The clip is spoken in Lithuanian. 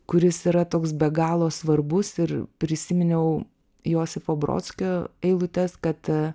kuris yra toks be galo svarbus ir prisiminiau josifo brodskio eilutes kad